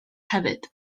hefyd